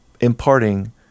imparting